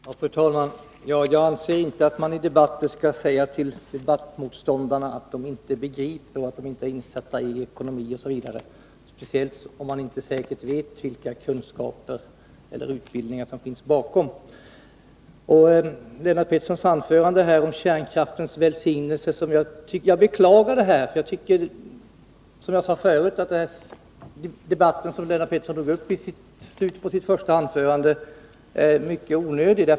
Fru talman! Jag anser inte att man i debatter skall säga till debattmotståndare att de inte begriper, att de inte är insatta i ekonomi osv. — speciellt om man inte säkert vet vilka kunskaper eller utbildningar som finns bakom. Lennart Petterssons anförande om kärnkraftens välsignelser beklagar jag. Som jag sade förut: Den debatt som Lennart Pettersson drog upp i slutet av sitt första anförande är mycket onödig.